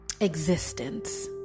existence